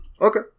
Okay